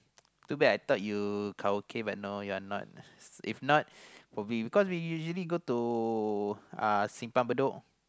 too bad I thought you karaoke but you're not cause we usually go to uh uh Simpang Bedok